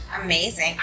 Amazing